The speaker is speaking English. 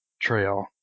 trail